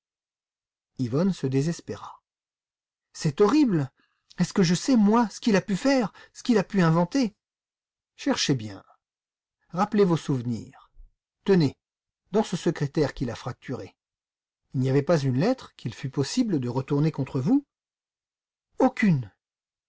yvonne se désespéra c'est horrible est-ce que je sais moi ce qu'il a pu faire ce qu'il a pu inventer cherchez bien rappelez vos souvenirs tenez dans ce secrétaire qu'il a fracturé il n'y avait pas une lettre qu'il fût possible de retourner contre vous aucune